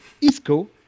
Isco